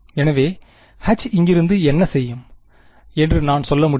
எனவே H இங்கிருந்து என்ன செய்யும் என்று நான் சொல்ல முடியும்